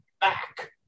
back